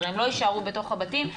הרי הם לא יישארו בתוך הבתים,